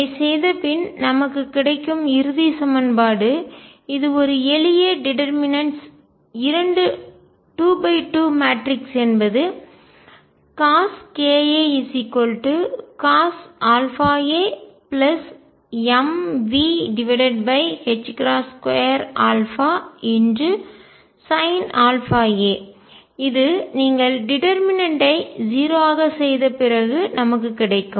இதைச் செய்தபின் நமக்கு கிடைக்கும் இறுதி சமன்பாடு இது ஒரு எளிய டிடர்மீனட்ஸ் இரண்டு டூ பை டூ மேட்ரிக்ஸ் என்பது CoskaCosαamV22Sinαa இது நீங்கள் டிடர்மீனட் ஐ 0 ஆக செய்த பிறகு நமக்கு கிடைக்கும்